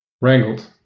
wrangled